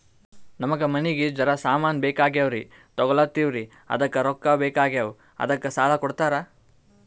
ನಮಗ ಮನಿಗಿ ಜರ ಸಾಮಾನ ಬೇಕಾಗ್ಯಾವ್ರೀ ತೊಗೊಲತ್ತೀವ್ರಿ ಅದಕ್ಕ ರೊಕ್ಕ ಬೆಕಾಗ್ಯಾವ ಅದಕ್ಕ ಸಾಲ ಕೊಡ್ತಾರ?